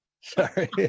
sorry